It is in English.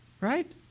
Right